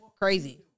crazy